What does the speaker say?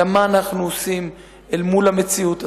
אלא מה אנחנו עושים אל מול המציאות הזאת.